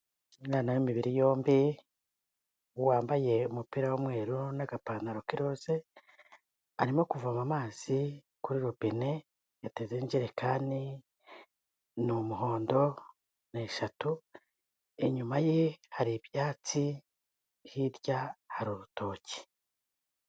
Umwana w'imibiri yombi, wambaye umupira w'umweru n'agapantaro k'iroze, arimo kuvoma amazi kuri robine, yatezeho injerekani, ni umuhondo, ni eshatu, inyuma ye hari ibyatsi, hirya hari urutoki.